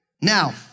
Now